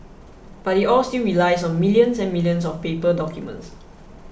but it all still relies on millions and millions of paper documents